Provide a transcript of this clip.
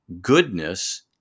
goodness